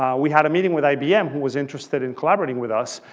we had a meeting with ibm who was interested in collaborating with us.